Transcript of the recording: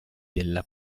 della